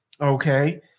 okay